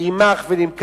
אני אומר: